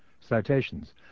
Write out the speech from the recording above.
Citations